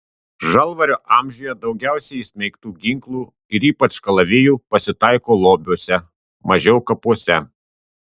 žalvario amžiuje daugiausiai įsmeigtų ginklų ir ypač kalavijų pasitaiko lobiuose mažiau kapuose